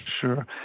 Sure